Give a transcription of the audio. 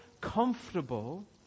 comfortable